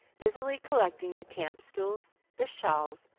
busily collecting the camp-stools, the shawls,